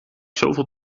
zoveel